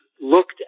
looked